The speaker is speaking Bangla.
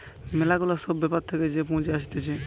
ম্যালা গুলা সব ব্যাপার থাকে যে পুঁজি আসতিছে